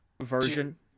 version